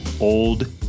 old